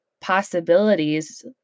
possibilities